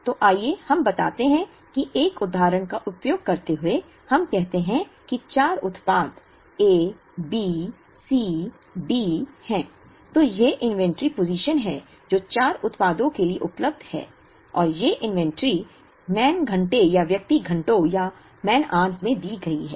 तो आइए हम बताते हैं कि एक उदाहरण का उपयोग करते हुए हम कहते हैं कि 4 उत्पाद A B C D हैं तो ये इन्वेंट्री पोज़िशन हैं जो 4 उत्पादों के लिए उपलब्ध हैं और ये इन्वेंट्री मैन घंटे या व्यक्ति घंटों में दी गई हैं